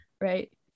right